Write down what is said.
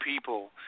people